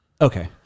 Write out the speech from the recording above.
Okay